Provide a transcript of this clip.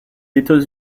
états